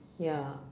ya